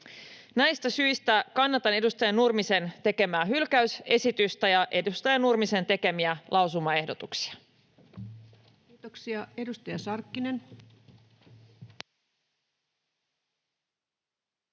Näistä syistä kannatan edustaja Nurmisen tekemää hylkäysesitystä ja edustaja Nurmisen tekemiä lausumaehdotuksia. Kiitoksia. — Edustaja Sarkkinen.